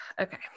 Okay